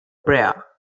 prayer